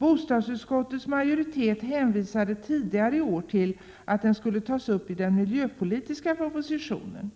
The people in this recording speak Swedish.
Bostadsutskottets majoritet hänvisade tidigare i år till att den skulle tas upp i den miljöpolitiska propositionen.